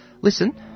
listen